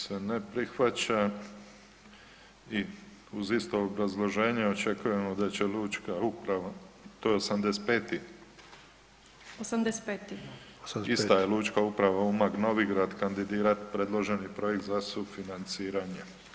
Se ne prihvaća i uz isto obrazloženje očekujemo da će lučka uprava, to je 85 [[Upadica: 85.]] ista je Lučka uprava Umag, Novigrad kandidirat predloženi projekt za sufinanciranje.